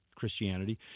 Christianity